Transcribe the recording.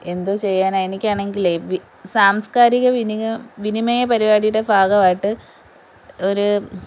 എന്തോ ചെയ്യാനാ എനിക്കാണെങ്കിലെ സാംസ്കാരിക വിനിമയ പരിപാടിയുടെ ഭാഗമായിട്ട് ഒരു